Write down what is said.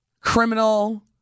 criminal